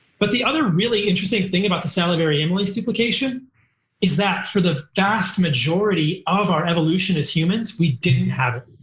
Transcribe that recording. but the other really interesting thing about the salivary amylase duplication is that for the vast majority of our evolution as humans, we didn't have it.